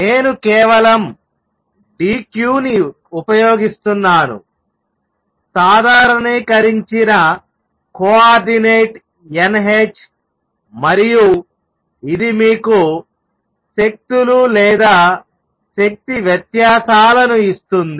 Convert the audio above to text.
నేను కేవలం dq ని ఉపయోగిస్తున్నాను సాధారణీకరించిన కోఆర్డినేట్ n h మరియు ఇది మీకు శక్తులు లేదా శక్తి వ్యత్యాసాలను ఇస్తుంది